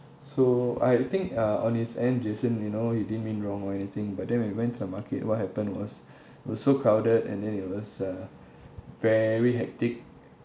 so I think uh on his end jason you know he didn't mean wrong or anything but then when we went to the market what happened was it was so crowded and then it was uh very hectic